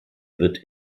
wird